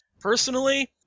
Personally